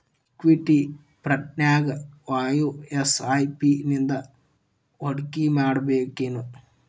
Equity ಫ್ರಂಟ್ನ್ಯಾಗ ವಾಯ SIP ನಿಂದಾ ಹೂಡ್ಕಿಮಾಡ್ಬೆಕೇನು?